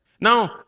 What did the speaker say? Now